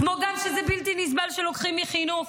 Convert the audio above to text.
כמו שזה גם בלתי נסבל שלוקחים מחינוך.